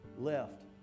left